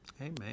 Amen